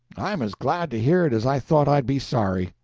i'm as glad to hear it as i thought i'd be sorry.